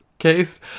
case